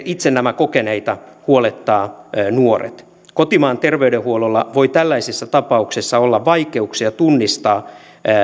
itse kokeneita huolettavat nuoret kotimaan ter veydenhuollolla voi tällaisissa tapauksissa olla vaikeuksia tunnistaa